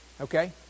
Okay